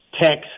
text